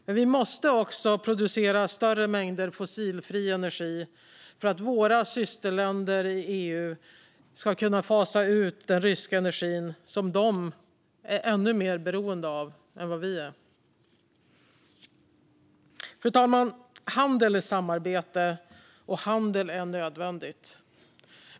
Men vi måste också producera större mängder fossilfri energi för att våra systerländer i EU ska kunna fasa ut den ryska energin som de är ännu mer beroende av än vad vi är. Fru talman! Handel är samarbete, och handel är nödvändig.